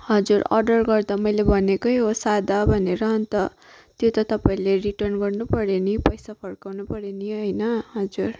हजुर अर्डर गर्दा मैले भनेकै हो सादा भनेर अन्त त्यो त तपाईँहरूले रिटर्न गर्नु पर्यो नि पैसा फर्काउनु पर्यो नि होइन हजुर